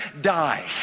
die